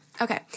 Okay